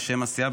בשם הסיעה,